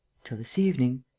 till this evening.